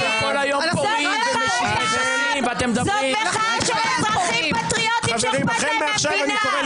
זאת מחאה של אזרחים פטריוטים שאכפת להם מהמדינה.